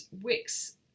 Wix